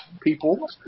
people